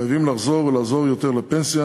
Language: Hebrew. חייבים לחזור, לעזור יותר לפנסיה,